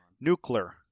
Nuclear